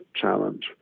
challenge